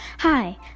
hi